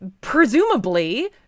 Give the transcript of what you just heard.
presumably